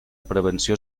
prevenció